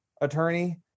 attorney